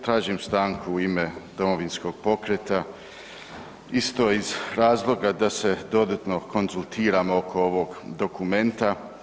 Tražim stanku u ime Domovinskog pokreta isto iz razloga da se dodatno konzultiramo oko ovog dokumenta.